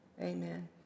Amen